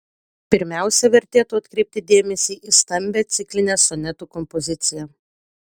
pirmiausia vertėtų atkreipti dėmesį į stambią ciklinę sonetų kompoziciją